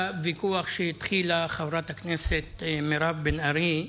חברת הכנסת מירב בן ארי,